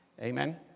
Amen